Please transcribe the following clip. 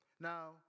Now